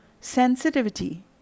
sensitivity